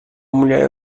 mulher